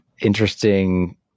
interesting